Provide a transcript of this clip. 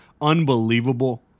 unbelievable